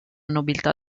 nobiltà